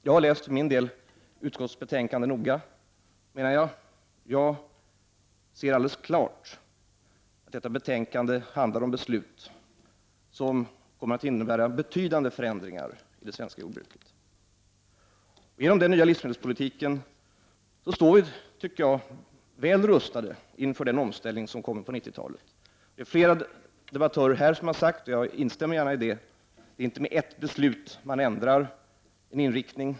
Jag har för min del läst utskottsbetänkandet noga. Jag ser alldeles klart att detta betänkande handlar om beslut som kommer att innebära betydande förändringar i det svenska jordbruket. Med den nya livsmedelspolitiken tycker jag vi står väl rustade för den omställning som kommer på 1990-talet. Flera debattörer här har sagt — och jag instämmer gärna i det — att man inte ändrar inriktningen med ett beslut.